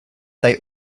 they